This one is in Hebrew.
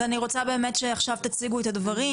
אז אני רוצה באמת שעכשיו תציגו את הדברים,